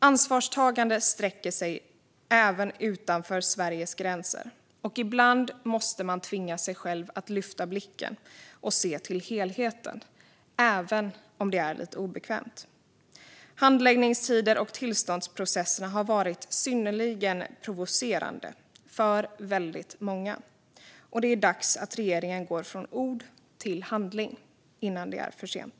Ansvarstagande sträcker sig utanför Sveriges gränser, och ibland måste man tvinga sig själv att lyfta blicken och se till helheten även om det är lite obekvämt. Handläggningstiderna och tillståndsprocesserna har varit synnerligen provocerande för väldigt många. Det är dags att regeringen går från ord till handling - innan det är för sent.